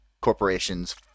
corporations